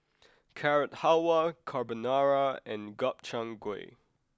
Carrot Halwa Carbonara and Gobchang Gui